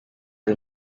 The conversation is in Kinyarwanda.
and